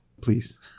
Please